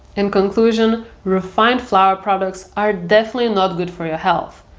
in conclusion, refined flour products are definitely not good for your health.